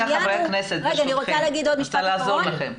------ אני רוצה להגיד עוד משפט אחרון.